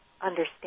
understand